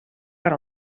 per